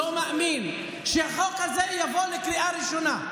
לא מאמין שהחוק הזה יבוא לקריאה ראשונה.